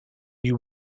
you